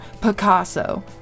Picasso